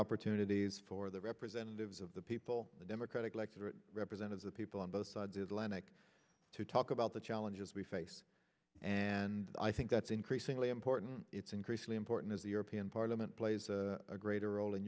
opportunities for the representatives of the people the democratic electorate represented the people on both sides the atlantic to talk about the challenges we face and i think that's increasingly important it's increasingly important as the european parliament plays a greater role in